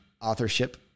authorship